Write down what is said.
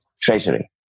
Treasury